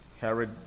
Herod